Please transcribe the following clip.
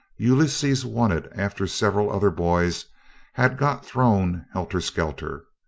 ulysses won it after several other boys had got thrown helter-skelter.